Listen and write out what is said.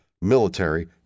military